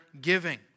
giving